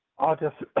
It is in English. august.